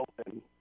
open